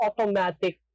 automatic